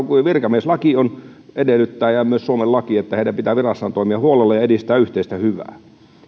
virkamieslaki ja myös suomen laki edellyttävät että heidän pitää virassaan toimia huolella ja edistää yhteistä hyvää